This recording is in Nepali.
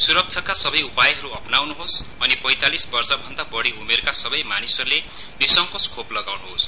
स्रक्षाका सबै उपायहरू अपनाउनुहोस् अनि पैंतालिस वर्षभन्दा बढी उमेरका सबै मानिसहरूले निसंकोच खोप लगाउन्होस्